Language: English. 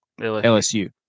LSU